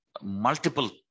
multiple